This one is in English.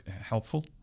helpful